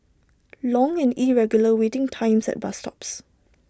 long and irregular waiting times at bus stops